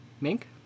Mink